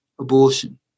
abortion